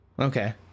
Okay